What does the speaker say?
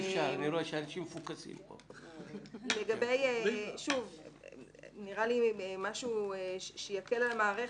הדבר הבא, וזה נראה לי משהו שיקל על המערכת,